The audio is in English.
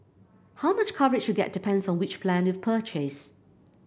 how much coverage you get depends on which plan you've purchased